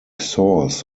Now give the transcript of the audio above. source